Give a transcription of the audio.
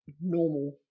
normal